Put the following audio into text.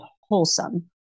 wholesome